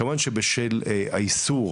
כמובן שבשל האיסור,